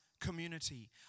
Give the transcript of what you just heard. community